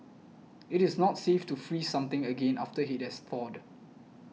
it is not safe to freeze something again after it has thawed